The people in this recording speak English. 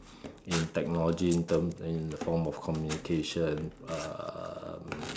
in technology in terms and in the form of communication um